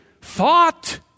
thought